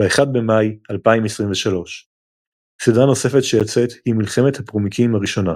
ב-1 במאי 2023. סדרה נוספת שיוצאת היא "מלחמת הפורמיקים הראשונה".